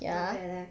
not bad leh